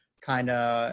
kind of,